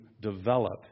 develop